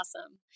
awesome